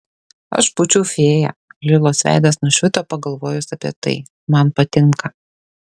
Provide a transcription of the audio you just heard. aš būčiau fėja lilos veidas nušvito pagalvojus apie tai man patinka